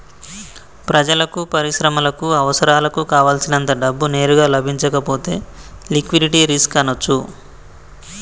ప్రజలకు, పరిశ్రమలకు అవసరాలకు కావల్సినంత డబ్బు నేరుగా లభించకపోతే లిక్విడిటీ రిస్క్ అనొచ్చు